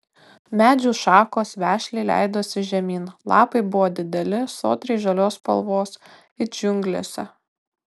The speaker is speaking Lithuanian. medžių šakos vešliai leidosi žemyn lapai buvo dideli sodriai žalios spalvos it džiunglėse